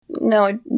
no